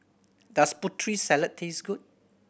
does Putri Salad taste good